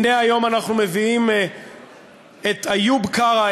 הנה היום אנחנו מביאים את איוב קרא,